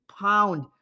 pound